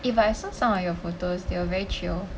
if I saw some of your photos they were very chill